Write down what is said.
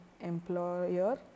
employer